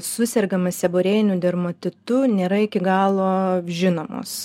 susergama seborėjiniu dermatitu nėra iki galo žinomos